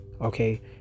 Okay